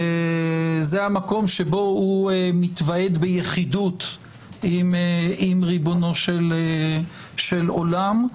זה המקום שבו הוא מתוועד ביחידות עם ריבונו של עולם.